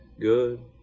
Good